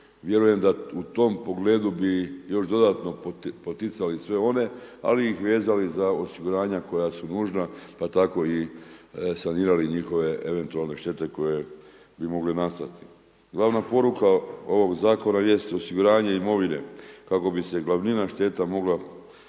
Vjerujem da u tom pogledu bi još dodatno poticali sve one, ali ih vezali za osiguranja koja su nužna, pa tako i sanirali njihove eventualne štete koje bi mogle nastati. Glavna poruka ovog Zakona jest osiguranje imovine kako bi se glavnina šteta mogla